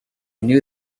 knew